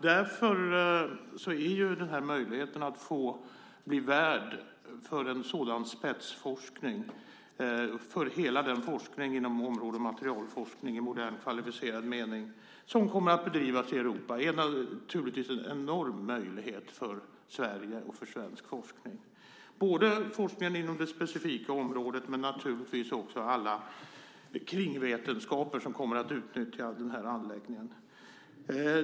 Därför är möjligheten att bli värd för hela området materialforskning i modern kvalificerad mening, som kommer att bedrivas i Europa, naturligtvis en enorm möjlighet för Sverige och för svensk forskning, både forskningen inom det specifika området och naturligtvis också alla kringvetenskaper som kommer att utnyttja den här anläggningen.